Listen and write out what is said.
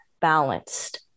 balanced